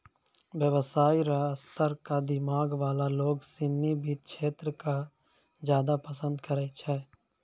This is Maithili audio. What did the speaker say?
व्यवसाय र स्तर क दिमाग वाला लोग सिनी वित्त क्षेत्र क ज्यादा पसंद करै छै